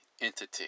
entity